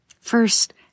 First